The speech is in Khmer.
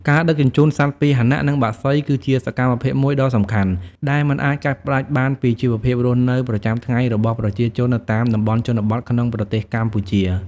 ការដឹកជញ្ជូនសត្វពាហនៈ និងបក្សី គឺជាសកម្មភាពមួយដ៏សំខាន់ ដែលមិនអាចកាត់ផ្តាច់បានពីជីវភាពរស់នៅប្រចាំថ្ងៃរបស់ប្រជាជននៅតាមតំបន់ជនបទក្នុងប្រទេសកម្ពុជា។